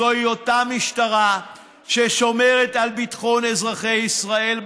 זו אותה משטרה ששומרת על ביטחון אזרחי ישראל ברחובות,